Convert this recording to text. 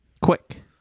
Quick